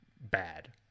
Bad